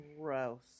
Gross